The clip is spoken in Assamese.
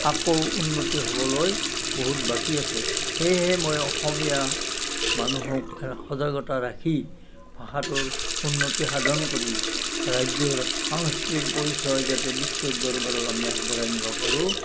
আকৌ উন্নতি হ'বলৈ বহুত বাকী আছে সেয়েহে মই অসমীয়া মানুহক সজাগতা ৰাখি ভাষাটোৰ উন্নতি সাধন কৰি ৰাজ্যৰ সংস্কৃতিৰ পৰিচয় যাতে বিশ্ব দৰবাৰত আমি আগবঢ়াই নিব পাৰোঁ